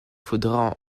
faudra